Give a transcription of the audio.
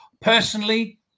Personally